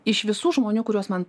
iš visų žmonių kuriuos man